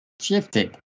shifted